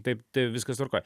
taip tai viskas tvarkoj